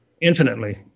Infinitely